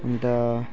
अन्त